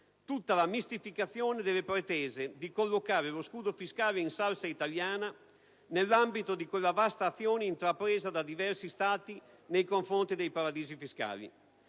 tutta la mistificazione delle pretese di collocare lo scudo fiscale in salsa italiana nell'ambito di quella vasta azione intrapresa da diversi Stati nei confronti dei paradisi fiscali.